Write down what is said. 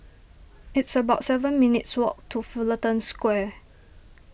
it's about seven minutes' walk to Fullerton Square